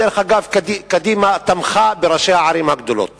דרך אגב, קדימה תמכה בראשי הערים הגדולות